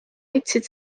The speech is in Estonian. võtsid